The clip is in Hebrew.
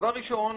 דבר ראשון,